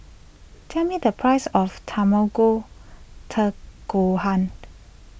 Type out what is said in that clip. tell me the price of Tamago term Gohan